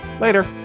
Later